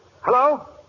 Hello